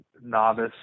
novice